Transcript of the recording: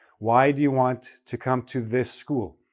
why do you want to come to this school?